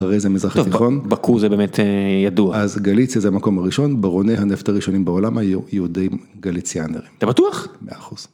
הרי זה מזרח התיכון, אז גליציה זה המקום הראשון, ברוני הנפט הראשונים בעולם היו יהודים גליציאנרים, אתה בטוח? 100%.